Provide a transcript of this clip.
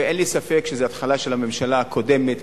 ואין לי ספק שזה התחלה של הממשלה הקודמת,